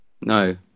No